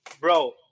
bro